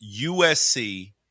USC